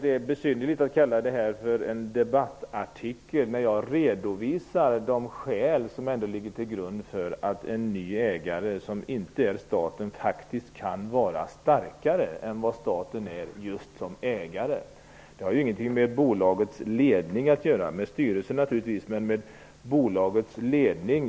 Det är besynnerligt att tala om en debattartikel när jag redovisar de skäl som ändå ligger till grund för att en ny ägare, som inte är staten, faktiskt kan vara starkare än vad staten är just som ägare. Det har ingenting med bolagets ledning att göra, även om det har med styrelsen att göra.